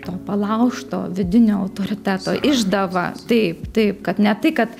to palaužto vidinio autoriteto išdava taip taip kad ne tai kad